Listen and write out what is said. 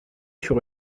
sur